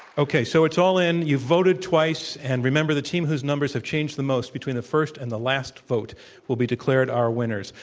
okay, so it's all in. you voted twice. and remember, the team whose numbers have changed the most between the first and the last vote will be declared our winners.